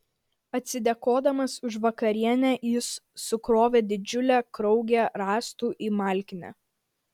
atsidėkodamas už vakarienę jis sukrovė didžiulę kaugę rąstų į malkinę